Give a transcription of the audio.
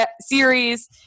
series